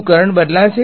શું કરંટ બદલાશે